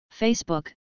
Facebook